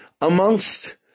amongst